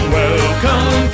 welcome